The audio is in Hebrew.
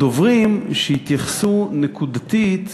מדברי הדוברים שהתייחסו נקודתית